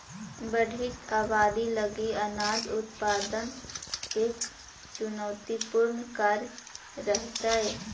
बढ़ित आबादी लगी अनाज उत्पादन एक चुनौतीपूर्ण कार्य रहेतइ